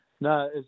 no